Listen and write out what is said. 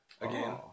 again